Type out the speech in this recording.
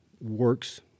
works